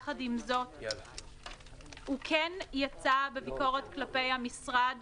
יחד עם זאת הוא כן יצא בביקורת כלפי המשרד